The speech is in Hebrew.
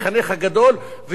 ויבוא בדלת האחורית,